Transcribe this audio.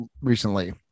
recently